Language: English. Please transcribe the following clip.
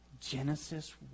Genesis